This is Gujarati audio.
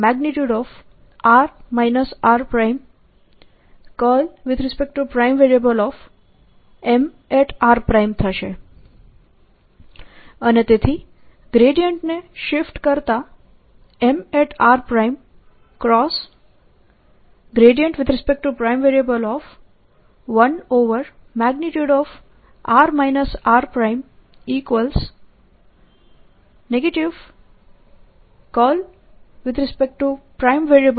અને તેથી ગ્રેડિયન્ટને શિફ્ટ કરતા M r1|r r| ×Mr|r r|Mr|r r| બનશે